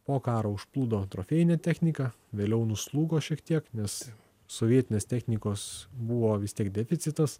po karo užplūdo trofėjinė technika vėliau nuslūgo šiek tiek nes sovietinės technikos buvo vis tiek deficitas